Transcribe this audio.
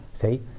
see